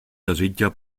desitja